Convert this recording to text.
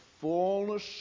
fullness